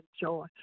joy